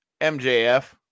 MJF